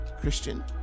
Christian